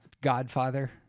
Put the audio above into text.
godfather